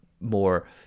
more